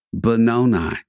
Benoni